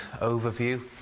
overview